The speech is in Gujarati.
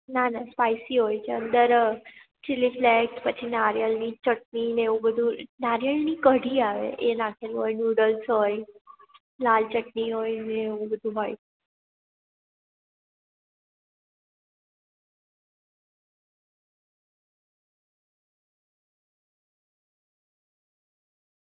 નાના સ્પાઈસી હોય છે અંદર ચીલી ફ્લેક્સ પછી નાળિયેરની ચટણીને એવું બધુ નાળિયેરની કઢી આવે એ નાખેલું હોય નુડલ્સ હોય લાલ ચટણી હોય ને એવું બધું હોય